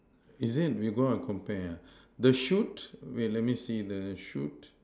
is it we go out compare ah the shoot wait let me see the shoot